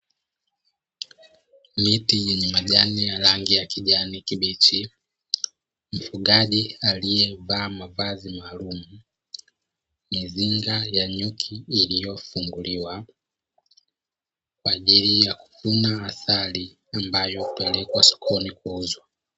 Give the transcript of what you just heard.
Miti yenye majani ya rangi ya kijani kibichi, mfugaji aliyevaa mavazi maalumu, mizinga ya nyuki iliyofunguliwa, kwa ajili ya kuvuna asali, ambayo hupelekwa sokoni kuuzwa.